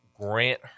Grant